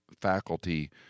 faculty